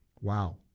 Wow